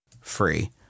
free